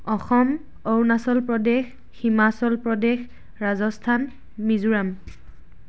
Assam Arunachal Pradesh Himachal Pradesh Rajasthan Mizoram